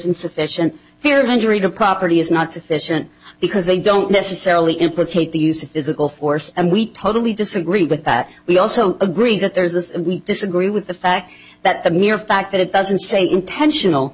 insufficient fear of injury to property is not sufficient because they don't necessarily implicate the use of physical force and we totally disagree with that we also agree that there is this we disagree with the fact that the mere fact that it doesn't say intentional